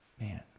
Man